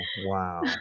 Wow